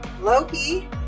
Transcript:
Loki